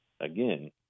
again